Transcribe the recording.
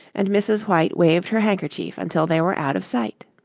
and mrs. white waved her handkerchief until they were out of sight.